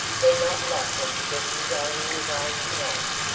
they're not likely to get him going their way tonight.